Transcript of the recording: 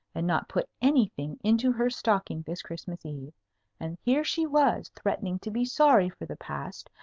and not put anything into her stocking this christmas eve and here she was, threatening to be sorry for the past,